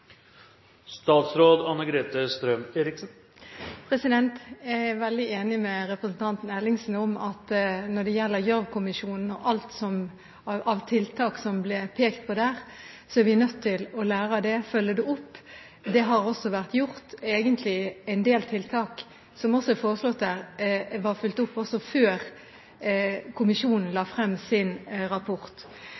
Jeg er veldig enig med representanten Ellingsen i at når det gjelder Gjørv-kommisjonen og alt av tiltak som ble pekt på der, så er vi nødt til å lære av det og følge det opp. Det har også vært gjort, egentlig. En del tiltak som er foreslått der, var fulgt opp også før kommisjonen la